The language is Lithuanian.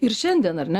ir šiandien ar ne